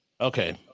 okay